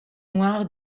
noir